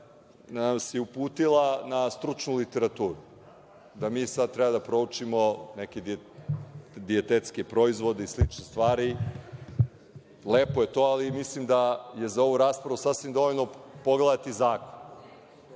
koja nas je uputila na stručnu literaturu, da mi sad treba da proučimo neke dijetetske proizvode i slične stvari. Lepo je to, ali mislim da je za ovu raspravu sasvim dovoljno pogledati zakon